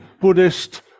Buddhist